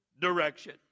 direction